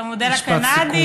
את המודל הקנדי?